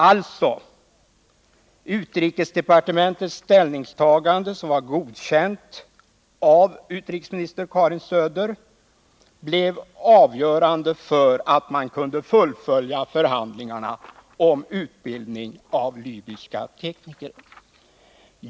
Alltså: Utrikesdepartementets ställningstagande, som var godkänt av utrikesminister Karin Söder, blev avgörande för att man kunde fullfölja förhandlingarna om utbildning av libyska tekniker.